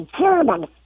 German